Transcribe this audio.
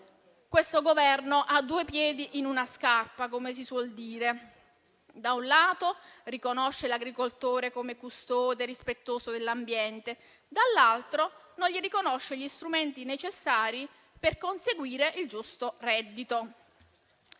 Questo Governo ha due piedi in una scarpa, come si suol dire: da un lato, riconosce l'agricoltore come custode rispettoso dell'ambiente; dall'altro, non gli riconosce gli strumenti necessari per conseguire il giusto reddito.